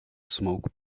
smoke